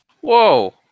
Whoa